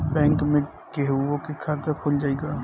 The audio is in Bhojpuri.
बैंक में केहूओ के खाता खुल जाई का?